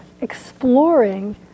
exploring